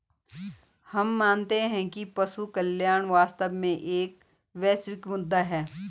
हम मानते हैं कि पशु कल्याण वास्तव में एक वैश्विक मुद्दा है